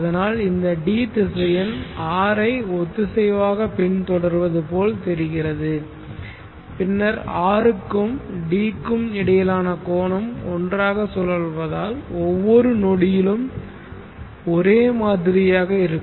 அதனால் இந்த d திசையன் R ஐ ஒத்திசைவாகப் பின்தொடர்வது போல் தெரிகிறது பின்னர் R க்கும் d க்கும் இடையிலான கோணம் ஒன்றாக சுழல்வதால் ஒவ்வொரு நொடியிலும் ஒரே மாதிரியாக இருக்கும்